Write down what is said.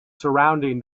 surrounding